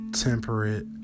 temperate